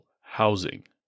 housing